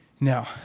Now